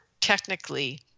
technically